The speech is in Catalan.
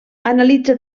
analitza